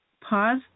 pause